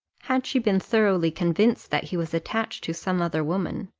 had she been thoroughly convinced that he was attached to some other woman,